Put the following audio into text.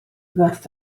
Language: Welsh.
werth